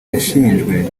yashinjwe